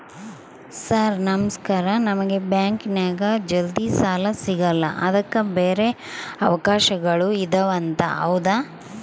Sir ನಮಸ್ಕಾರ ನಮಗೆ ಬ್ಯಾಂಕಿನ್ಯಾಗ ಜಲ್ದಿ ಸಾಲ ಸಿಗಲ್ಲ ಅದಕ್ಕ ಬ್ಯಾರೆ ಅವಕಾಶಗಳು ಇದವಂತ ಹೌದಾ?